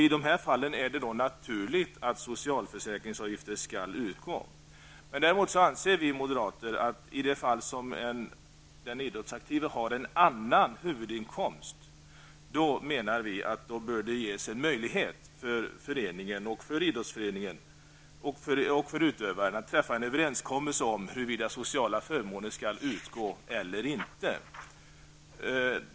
I de fallen är det då naturligt att socialförsäkringsavgifter skall utgå. Däremot anser vi moderater att i de fall som den idrottsaktive har en annan huvudinkomst bör det ges en möjlighet för förening och idrottsutövaren att träffa en överenskommelse om huruvida sociala förmåner skall utgå eller inte.